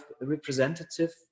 representative